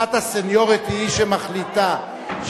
שיטת הסניוריטי היא שמחליטה.